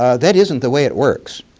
ah that isn't the way it works.